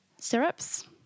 syrups